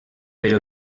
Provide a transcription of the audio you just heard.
però